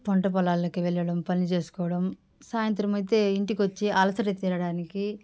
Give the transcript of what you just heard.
పంటపొలాలకి వెళ్లడం పని చేసుకోవడం సాయంత్రం అయితే ఇంటికొచ్చి అలసట తీరడానికి